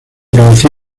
producir